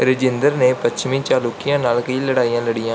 ਰਾਜਿੰਦਰ ਨੇ ਪੱਛਮੀ ਚਾਲੁਕੀਆਂ ਨਾਲ ਕਈ ਲੜਾਈਆਂ ਲੜੀਆਂ